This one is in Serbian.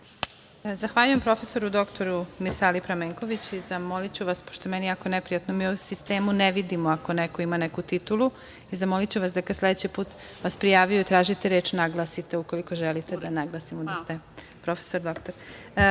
Zahvaljujem, prof. dr Misali Pramenković. Zamoliću vas, pošto je meni jako neprijatno, mi u sistemu ne vidimo ako neko ima neku titulu, zamoliću vas da kad vas sledeći put prijavljuju ili tražite reč naglasite, ukoliko želite da naglasimo, da ste profesor doktor.(Misala